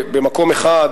במקום אחד,